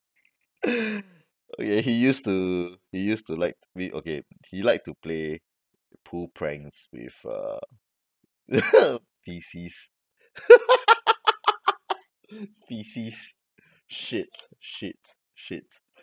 <H(ppl) okay he used to he used to like okay he like to play poo pranks with uh faeces faeces shit shit shit